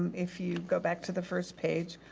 if you go back to the first page.